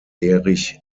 erich